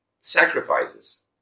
sacrifices